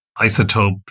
isotope